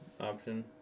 option